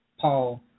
Paul